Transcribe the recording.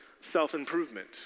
self-improvement